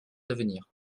d’avenir